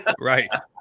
right